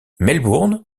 melbourne